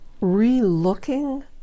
re-looking